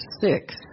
six